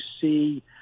see